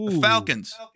Falcons